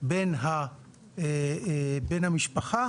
בין בן המשפחה,